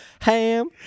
Ham